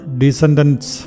descendants